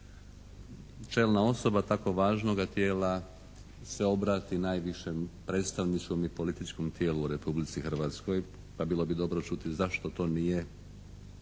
čelna osoba tako važnoga tijela se obrati najvišem predstavničkom i političkom tijelu u Republici Hrvatskoj, pa bilo bi dobro čuti zašto to nije